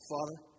Father